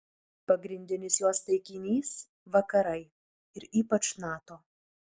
pagrindinis jos taikinys vakarai ir ypač nato